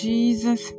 Jesus